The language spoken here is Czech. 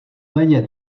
méně